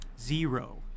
zero